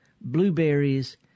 blueberries